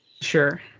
Sure